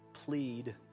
Plead